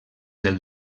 del